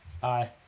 bye